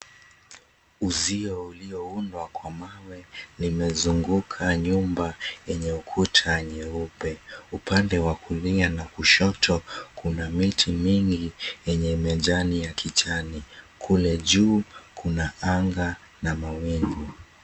Uzio ulioundwa kwa mawe nimezungukwa wenye ukuta mweupe, upande wa kulia na kushoto kuna miti mingi yenye majani ya kijani kule juu kuna anga na mawingu.